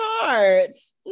cards